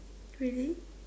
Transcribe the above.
really